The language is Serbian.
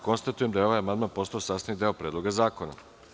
Konstatujem da je ovaj amandman postao sastavni deo Predloga zakona.